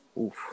Oof